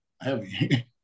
heavy